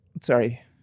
Sorry